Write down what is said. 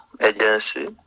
agency